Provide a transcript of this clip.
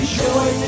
joy